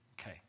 Okay